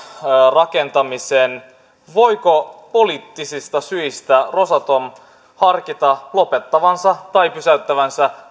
rakentamisen voiko poliittisista syistä rosatom harkita lopettavansa tai pysäyttävänsä